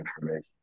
information